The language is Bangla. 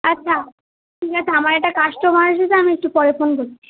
আচ্ছা ঠিক আছে আমার একটা কাস্টোমার এসেছে আমি একটু পরে ফোন করছি